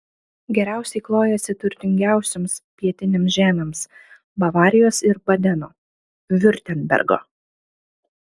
geriausiai klojasi turtingiausioms pietinėms žemėms bavarijos ir badeno viurtembergo